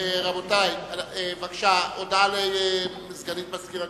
הודעה לסגנית מזכיר הכנסת.